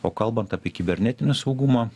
o kalbant apie kibernetinį saugumą